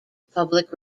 public